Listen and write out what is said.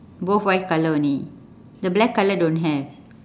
both white colour only the black colour don't have